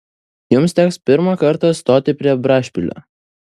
jums teks pirmą kartą stoti prie brašpilio